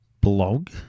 blog